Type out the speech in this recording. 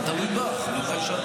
זה תלוי בך, מתי שאת רוצה.